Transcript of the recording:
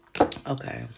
Okay